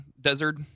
desert